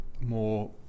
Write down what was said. more